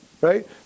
right